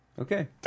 Okay